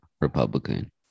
Republican